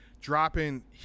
dropping